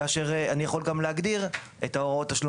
כאשר אני יכול גם להגדיר את הוראות התשלום